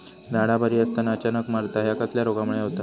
झाडा बरी असताना अचानक मरता हया कसल्या रोगामुळे होता?